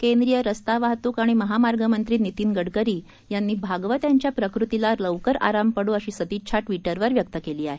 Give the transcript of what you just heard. केंद्रीय रस्ता वाहतूक आणि महामार्ग मंत्री नितीन गडकरी यांनी भागवत याच्या प्रकृतीला लवकर आराम पडो अशी सदिच्छा ट्विटरवर व्यक्त केली आहे